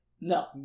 No